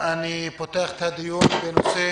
אני פותח את הדיון בנושא